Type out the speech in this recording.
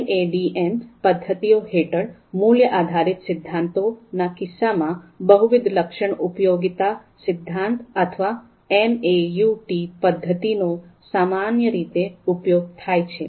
MADM પદ્ધતિઓ હેઠળ મૂલ્ય આધારિત સિદ્ધાંતોના કિસ્સામાં બહુવિધ લક્ષણ ઉપયોગિતા સિદ્ધાંત મલ્ટીપલ એટ્રિબ્યુટ યુટિલિટી થિયરી અથવા MAUT પદ્ધતિ નો સામાન્ય રીતે ઉપયોગ થાય છે